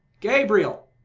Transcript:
gabriel!